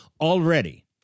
already